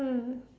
mm